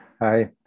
Hi